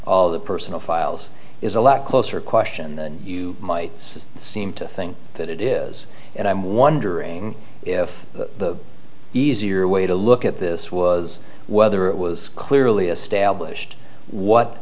all the personal files is a lot closer question than you might seem to think that it is and i'm wondering if the easier way to look at this was whether it was clearly established what